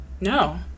No